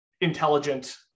intelligent